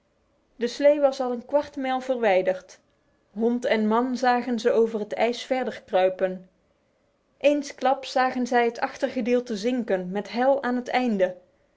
de slede was al een kwartmijl verwijderd hond en man zagen haar over het ijs verder kruipen eensklaps zagen zij het achtergedeelte zinken met hal aan het einde